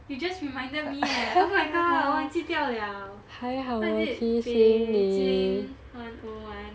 you just reminded me leh oh my god 忘记掉 liao what is it beijing one oh one